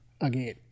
Again